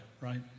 right